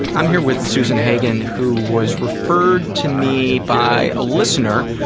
i'm here with susan hagen who was referred to me by a listener.